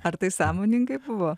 ar tai sąmoningai buvo